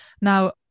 now